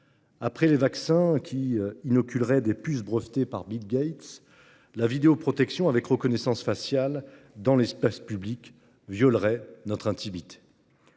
Après les vaccins qui inoculeraient des puces brevetées par Bill Gates, la vidéoprotection avec reconnaissance faciale dans l'espace public violerait notre intimité